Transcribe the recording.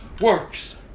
works